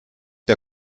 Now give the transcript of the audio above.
der